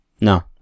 No